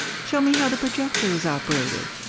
show me how the projector is operated.